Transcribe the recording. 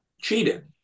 cheated